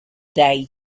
day